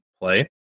play